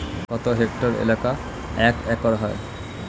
কত হেক্টর এলাকা এক একর হয়?